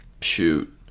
shoot